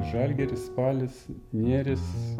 žalgiris spalis nėris